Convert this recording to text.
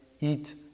eat